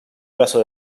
brazo